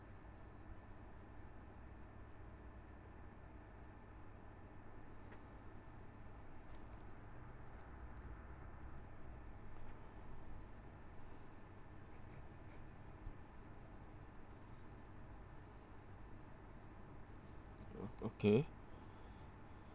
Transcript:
okay